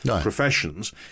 professions